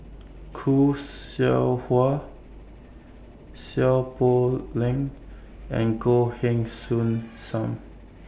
Khoo Seow Hwa Seow Poh Leng and Goh Heng Soon SAM